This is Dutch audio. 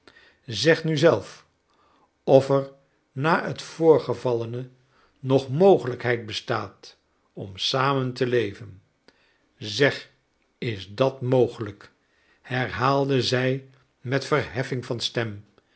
zeg nu zelf of er na het voorgevallene nog mogelijkheid bestaat om samen te leven zeg is het mogelijk herhaalde zij met verheffing van stem